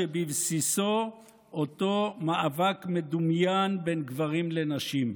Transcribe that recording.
שבבסיסו אותו מאבק מדומיין בין גברים לנשים.